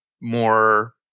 more